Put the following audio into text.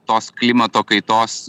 tos klimato kaitos